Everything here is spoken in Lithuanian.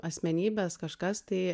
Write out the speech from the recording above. asmenybės kažkas tai